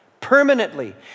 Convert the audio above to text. permanently